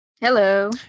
Hello